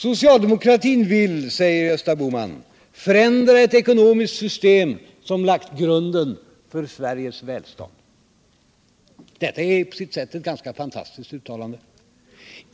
Socialdemokratin vill, säger Gösta Bohman, förändra ett ekonomiskt system som lagt grunden för Sveriges välstånd. Detta är på sitt sätt ett ganska fantastiskt uttalande.